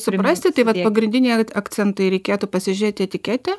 suprasti tai vat pagrindiniai akcentai reikėtų pasižiūrėti etiketę